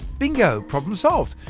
bingo! problem solved,